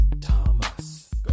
Thomas